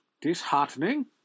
disheartening